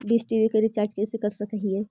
Dish TV के recharge कैसे कर सक हिय?